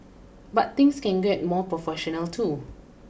but things can get more professional too